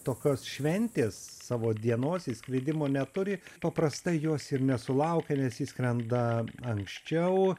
tokios šventės savo dienos išskridimo neturi paprastai jos ir nesulaukia nes išskrenda anksčiau